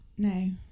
no